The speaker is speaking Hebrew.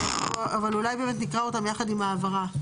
אבל אולי באמת נקרא אותם יחד עם ההעברה.